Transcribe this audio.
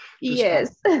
yes